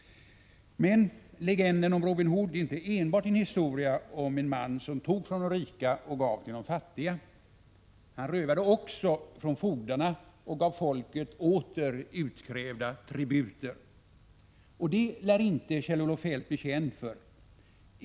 Men legenden om Robin Hood är inte enbart en historia om en man som tog från de rika och gav till de fattiga. Robin Hood rövade också från fogdarna och gav folket åter utkrävda tributer. Det lär inte Kjell-Olof Feldt bli känd för.